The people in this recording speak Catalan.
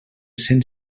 cent